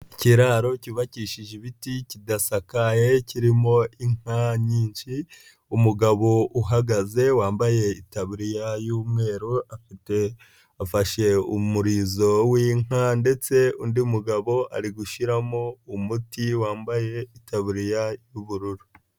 Ikiraro cyubakishije ibiti kidasakaye kirimo inka nyinshi, umugabo uhagaze wambaye itaburiya y'umweru afashe umurizo w'inka, ndetse undi mugabo ari gushyiramo umuti wambaye itaburiya y'ubururu.